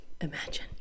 Imagine